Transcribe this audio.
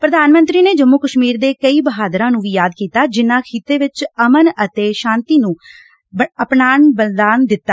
ਪ੍ਰਧਾਨ ਮੰਤਰੀ ਨੇ ਜੰਮੁ ਕਸ਼ਮੀਰ ਦੇ ਕਈ ਬਹਾਦਰਾਂ ਨੂੰ ਵੀ ਯਾਦ ਕੀਤਾ ਜਿਨ੍ਹਾਂ ਖਿੱਤੇ ਵਿਚ ਅਮਨ ਅਤੇ ਸ਼ਾਂਤੀ ਲਈ ਆਪਣਾ ਬਲੀਦਾਨ ਦਿੱਤਾ